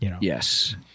Yes